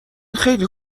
خیلی